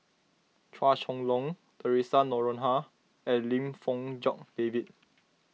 Chua Chong Long theresa Noronha and Lim Fong Jock David